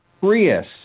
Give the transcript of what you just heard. Prius